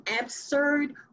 absurd